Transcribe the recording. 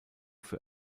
für